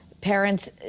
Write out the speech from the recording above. parents